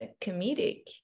comedic